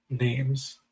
names